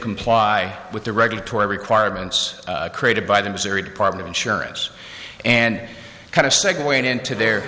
comply with the regulatory requirements created by the missouri department insurance and kind of segue into their